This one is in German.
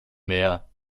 mär